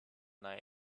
night